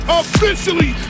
officially